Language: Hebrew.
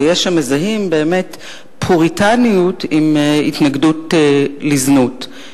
ויש המזהים פוריטניות עם התנגדות לזנות.